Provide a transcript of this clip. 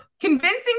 convincing